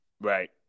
Right